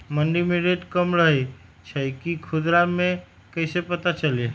मंडी मे रेट कम रही छई कि खुदरा मे कैसे पता चली?